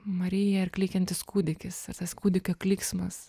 marija ir klykiantis kūdikis ir tas kūdikio klyksmas